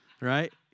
Right